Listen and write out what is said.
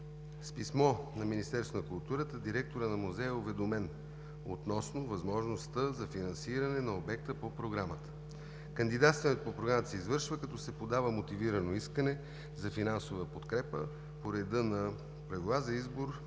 С писмо на Министерството на културата директорът на музея е уведомен относно възможността за финансиране на обекта по Програмата. Кандидатстване по Програмата се извършва, като се подава мотивирано искане за финансова подкрепа по реда на Правила за избор